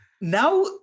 now